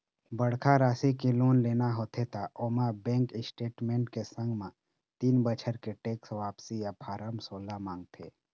बड़का राशि के लोन लेना होथे त ओमा बेंक स्टेटमेंट के संग म तीन बछर के टेक्स वापसी या फारम सोला मांगथे